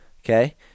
Okay